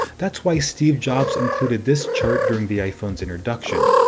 that's why steve jobs included this chart during the iphone's introduction,